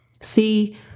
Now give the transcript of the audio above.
See